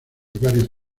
varios